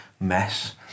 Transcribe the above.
mess